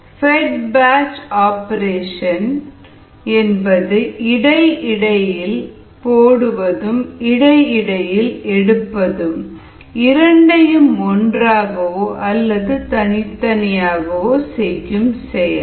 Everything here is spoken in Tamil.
ஃபெட் பேட்ச் ஆபரேஷன் என்பது இடை இடையில் போடுவதும் இடையிடையில் எடுப்பதும் இரண்டையும் ஒன்றாகவோ அல்லது தனித்தனியாகவோ செய்யும் செயல்